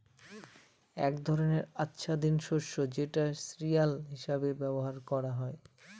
এক ধরনের আচ্ছাদিত শস্য যেটা সিরিয়াল হিসেবে ব্যবহার করা হয়